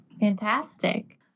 Fantastic